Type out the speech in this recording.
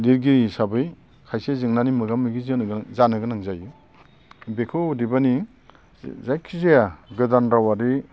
लिरगिरि हिसाबै खायसे जेंनानि मोगा मोगि जानो गोनां जायो बेखौ अदेबानि जायखिजाया गोदान रावारि